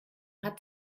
hat